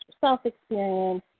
self-experience